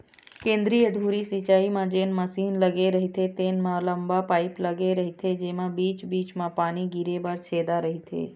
केंद्रीय धुरी सिंचई म जेन मसीन लगे रहिथे तेन म लंबा पाईप लगे रहिथे जेमा बीच बीच म पानी गिरे बर छेदा रहिथे